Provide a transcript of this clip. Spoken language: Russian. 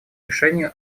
решению